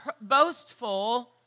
boastful